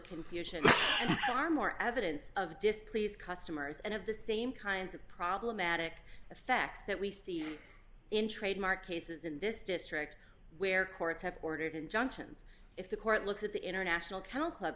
confusion far more evidence of just please customers and of the same kinds of problematic effects that we see in trademark cases in this district where courts have ordered injunctions if the court looks at the international count club